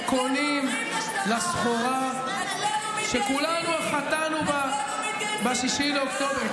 אין קונים לסחורה שכולנו חטאנו בה ב-6 באוקטובר.